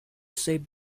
save